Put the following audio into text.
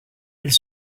elle